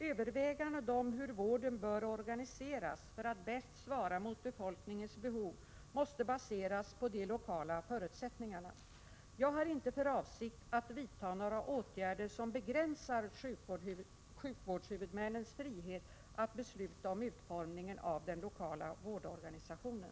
Överväganden om hur vården bör organiseras för att bäst svara mot befolkningens behov måste baseras på de lokala förutsättningarna. Jag har inte för avsikt att vidta några åtgärder som begränsar sjukvårdshuvudmännens frihet att besluta om utformningen av den lokala vårdorganisationen.